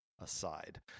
aside